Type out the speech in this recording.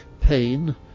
pain